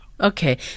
Okay